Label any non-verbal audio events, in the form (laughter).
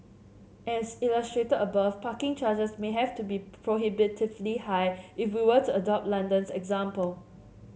as illustrated above parking charges may have to be (unintelligible) prohibitively high if we were to adopt London's example